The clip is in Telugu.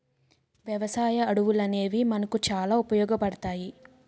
వ్యవసాయ అడవులనేవి మనకు చాలా ఉపయోగపడతాయి